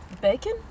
Bacon